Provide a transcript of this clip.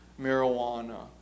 marijuana